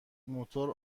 موتور